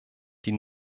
die